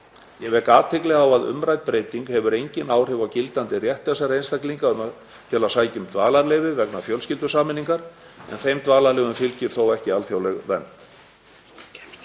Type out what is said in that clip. Ég vek athygli á að umrædd breyting hefur engin áhrif á gildandi rétt þessara einstaklinga til að sækja um dvalarleyfi vegna fjölskyldusameiningar en þeim dvalarleyfum fylgir þó ekki alþjóðleg vernd.